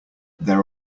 there